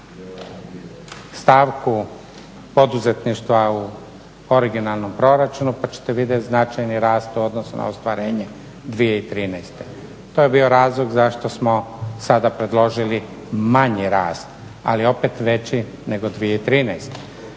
stavku poduzetništva u originalnom proračunu pa ćete vidjeti značajni rast u odnosu na ostvarenje 2013. To je bio razlog zašto smo sada predložili manji rast, ali opet veći nego 2013.